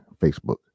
facebook